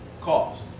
cost